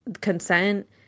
consent